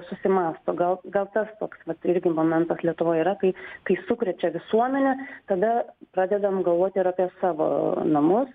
susimąsto gal gal tas toks vat irgi momentas lietuvoj yra kai kai sukrečia visuomenę tada pradedam galvot ir apie savo namus